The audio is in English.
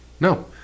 No